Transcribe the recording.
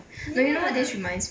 ya